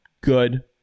good